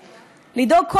לדאוג,